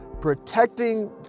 protecting